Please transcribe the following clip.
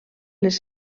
les